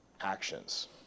actions